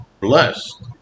blessed